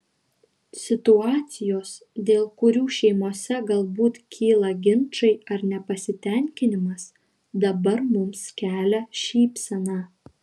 situacijos dėl kurių šeimose galbūt kyla ginčai ar nepasitenkinimas dabar mums kelia šypseną